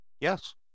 Yes